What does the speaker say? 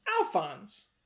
Alphonse